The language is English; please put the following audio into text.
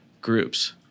groups